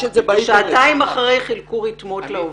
שעתיים אחרי זה חילקו רתמות לעובדים.